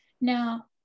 Now